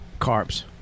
carbs